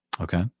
Okay